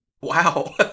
Wow